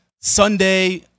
Sunday